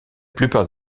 plupart